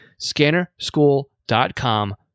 scannerschool.com